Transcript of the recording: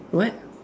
what